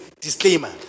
disclaimer